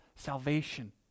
salvation